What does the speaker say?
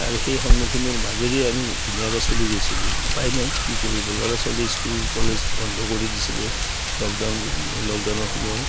আৰু সেই সন্মুখীনৰ মাজেৰে আমি ধুনীয়াকে চলি গৈছিলোঁ উপায় নাই কি কৰিব ল'ৰা ছোৱালী স্কুল কলেজ বন্ধ কৰি দিছিলে লকডাউন লকডাউনৰ সময়ত